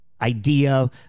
idea